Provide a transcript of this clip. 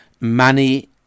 money